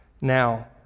Now